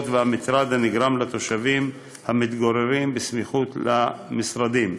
והמטרד הנגרם לתושבים המתגוררים בסמיכות למשרדים.